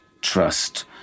trust